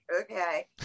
okay